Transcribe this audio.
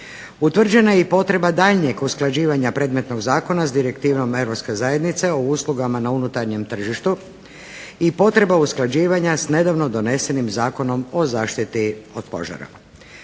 Utvrđena je i potreba daljnjeg usklađivanja predmetnog zakona sa Direktivom Europske zajednice o uslugama na unutarnjem tržištu i potreba usklađivanja sa nedavno donesenim Zakonom o zaštiti od požara.